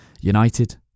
United